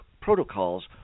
protocols